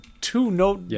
two-note